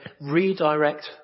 redirect